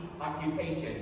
occupation